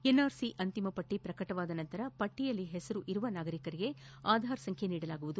NRC ಅಂತಿಮ ಪಟ್ಟ ಪ್ರಕಟವಾದ ನಂತರ ಪಟ್ಟಿಯಲ್ಲಿ ಹೆಸರಿರುವ ನಾಗರಿಕರಿಗೆ ಆಧಾರ್ ಸಂಖ್ಯೆ ನೀಡಲಾಗುವುದು